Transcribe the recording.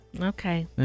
Okay